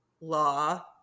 law